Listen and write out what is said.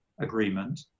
agreement